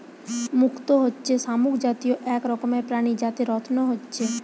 মুক্ত হচ্ছে শামুক জাতীয় এক রকমের প্রাণী যাতে রত্ন হচ্ছে